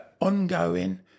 ongoing